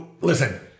Listen